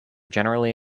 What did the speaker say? generally